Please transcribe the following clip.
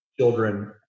children